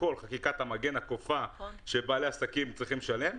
בכל חקיקת המגן הכופה שבעלי העסקים צריכים לשלם.